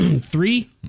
three